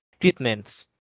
Treatments